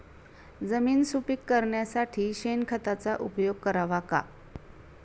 जमीन सुपीक करण्यासाठी शेणखताचा उपयोग करावा का?